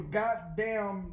goddamn